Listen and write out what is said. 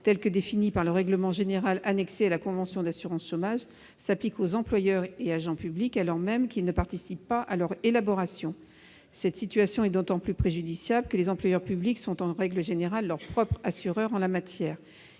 sont définies par le règlement général annexé à la convention d'assurance chômage, s'appliquent aux employeurs et agents publics, alors même qu'ils ne participent pas à leur élaboration. Cette situation est d'autant plus préjudiciable que les employeurs publics sont, en règle générale, leurs propres assureurs en la matière :